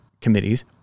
committees